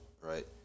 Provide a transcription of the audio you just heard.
right